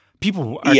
People